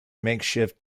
makeshift